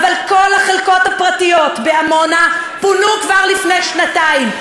אבל כל החלקות הפרטיות בעמונה כבר פונו לפני שנתיים.